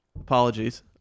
Apologies